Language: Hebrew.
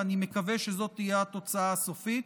ואני מקווה שזאת תהיה התוצאה הסופית,